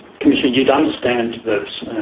commissioner, you would understand that